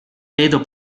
vedo